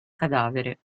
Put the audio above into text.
cadavere